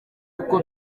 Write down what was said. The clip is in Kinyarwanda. uko